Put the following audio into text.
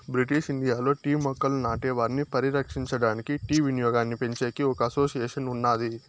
British ఇండియాలో tea మొక్కలను నాటే వారిని పరిరక్షించడానికి, టీ వినియోగాన్నిపెంచేకి ఒక అసోసియేషన్ ఉన్నాది